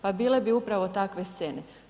Pa bile bi upravo takve scene.